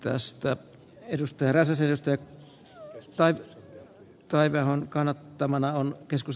tästä edusta räsäsestä raitis taiveahon kannatan ed